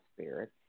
spirit